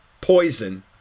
poison